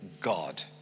God